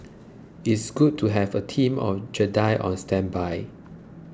it's good to have a team of Jedi on standby